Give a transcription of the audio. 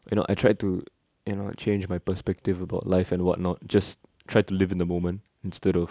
you know I tried to you know change my perspective about life and what not just try to live in the moment instead of